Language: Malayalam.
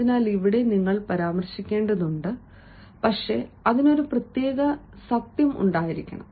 അതിനാൽ ഇവിടെ നിങ്ങൾ പരാമർശിക്കേണ്ടതുണ്ട് പക്ഷേ അതിന് ഒരു പ്രത്യേക സത്യം ഉണ്ടായിരിക്കണം